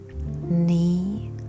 knee